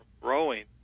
growing